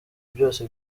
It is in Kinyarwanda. byose